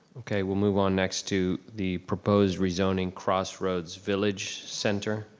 okay, we'll move on next to the proposed rezoning crossroads village center.